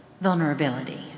vulnerability